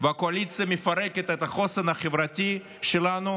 והקואליציה מפרקת את החוסן החברתי שלנו,